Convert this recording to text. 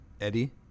Eddie